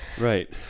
right